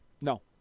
No